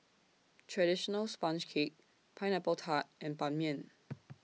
Traditional Sponge Cake Pineapple Tart and Ban Mian